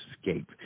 escape